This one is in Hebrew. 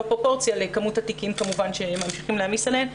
פרופורציה לכמות התיקים שממשיכים להעמיס עליהם.